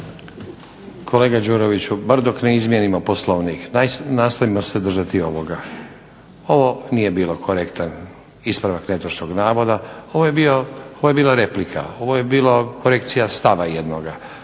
Kolega Đuroviću, bar dok ne izmijenimo Poslovnik nastavimo se držati ovoga. Ovo nije bio korektan ispravak netočnog navoda, ovo je bila replika, ovo je bilo korekcija stava jednoga.